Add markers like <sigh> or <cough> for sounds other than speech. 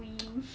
<noise>